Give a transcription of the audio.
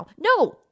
No